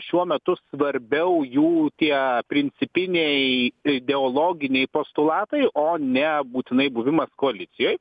šiuo metu svarbiau jų tie principiniai ideologiniai postulatai o ne būtinai buvimas koalicijoj